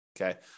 Okay